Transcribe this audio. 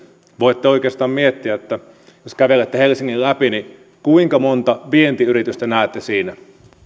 voitte oikeastaan miettiä että jos kävelette helsingin läpi niin kuinka monta vientiyritystä te näette siinä